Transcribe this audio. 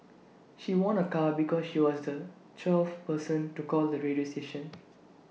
she won A car because she was the twelfth person to call the radio station